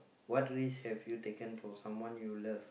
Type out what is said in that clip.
what risk have you taken for someone you love